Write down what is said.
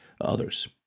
others